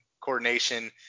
coordination